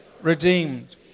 redeemed